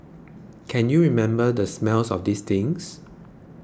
can you remember the smell of these things